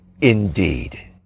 indeed